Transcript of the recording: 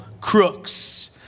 crooks